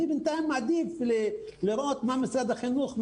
אני בינתיים מעדיף לראות מה קורה במשרד החינוך,